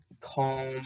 calm